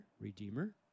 Redeemer